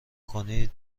کنید